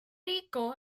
rico